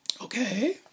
Okay